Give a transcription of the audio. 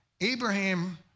Abraham